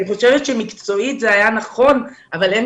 אני חושבת שמקצועית זה היה נכון אבל אין